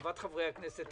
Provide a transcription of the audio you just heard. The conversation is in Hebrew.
לטובת חברי הכנסת,